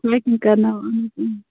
trekking کرناون اَہَن حَظ